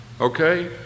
Okay